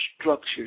structure